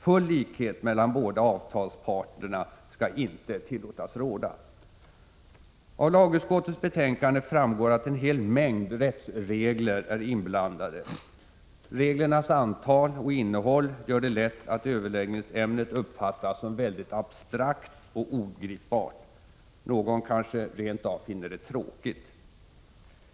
Full likhet mellan båda avtalsparterna skall icke tillåtas råda. Av lagutskottets betänkande framgår att en hel mängd rättsregler är inblandade. Reglernas antal och innehåll gör att överläggningsämnet lätt uppfattas som väldigt abstrakt och ogripbart. Någon kanske rent av finner det tråkigt.